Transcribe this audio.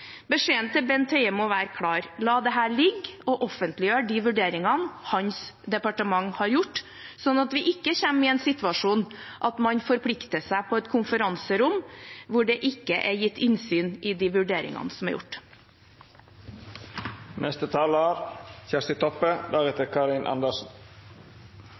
Bent Høie må være klar: La dette ligge og offentliggjør de vurderingene ditt departement har gjort, sånn at vi ikke kommer i en situasjon der man forplikter seg på et konferanserom, og det ikke er gitt innsyn i de vurderingene som er gjort.